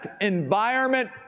environment